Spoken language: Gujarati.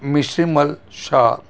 મીશીમલ શાહ